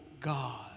God